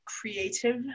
creative